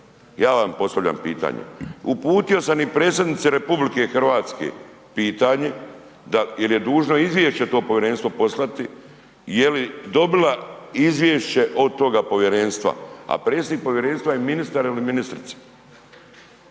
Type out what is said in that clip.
ja vam postavljam pitanje? Uputio sam i Predsjednici RH pitanje, jer je dužno izvješće to povjerenstvo poslati, je li dobila izvješće od toga povjerenstva, a predsjednik povjerenstva je ministar ili ministrica.